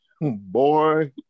boy